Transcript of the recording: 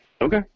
Okay